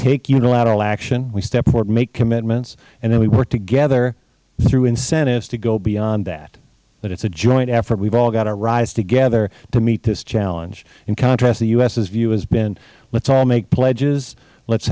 unilateral action we step forward make commitments and then we work together through incentives to go beyond that that it is a joint effort we have all got to rise together to meet this challenge in contrast the u s s view has been let us all make pledges let